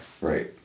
Right